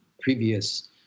previous